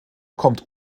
kommt